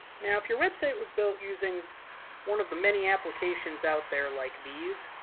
now, if your website was built using one of the many applications out there like these,